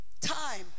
time